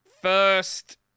first